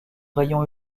rayons